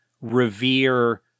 revere